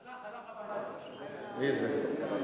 אדוני